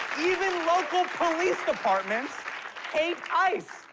even local police departments hate ice!